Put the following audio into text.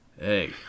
hey